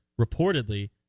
reportedly